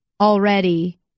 already